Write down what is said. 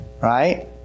right